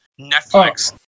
Netflix